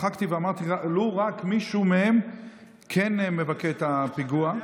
מחקתי ואמרתי, לו רק מישהו מהם כן מבכה את הפיגוע.